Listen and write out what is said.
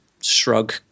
shrug